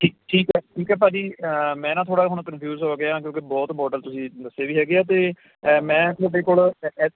ਠੀ ਠੀਕ ਆ ਠੀਕ ਆ ਭਾਅ ਜੀ ਮੈਂ ਨਾ ਥੋੜ੍ਹਾ ਹੁਣ ਕਨਫਿਊਜ ਹੋ ਗਿਆ ਕਿਉਂਕਿ ਬਹੁਤ ਮੋਡਲ ਤੁਸੀਂ ਦੱਸੇ ਵੀ ਹੈਗੇ ਆ ਅਤੇ ਮੈਂ ਤੁਹਾਡੇ ਕੋਲ